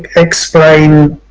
ah explain